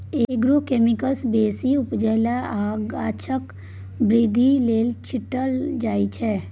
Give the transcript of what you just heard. agrochemicals बेसी उपजा लेल आ गाछक बृद्धि लेल छीटल जाइ छै